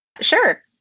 Sure